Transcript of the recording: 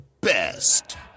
best